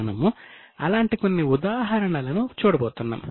మనము అలాంటి కొన్ని ఉదాహరణలను చూడబోతున్నాం